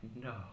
No